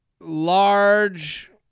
large